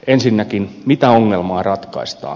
ensinnäkin mitä ongelmaa ratkaistaan